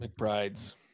McBride's